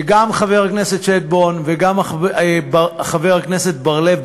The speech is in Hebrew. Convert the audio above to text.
וגם חבר הכנסת שטבון וגם חבר הכנסת בר-לב,